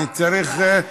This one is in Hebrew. אני צריך,